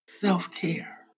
Self-care